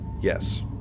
Yes